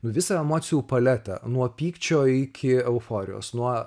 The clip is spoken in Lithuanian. visą emocijų paletę nuo pykčio iki euforijos nuo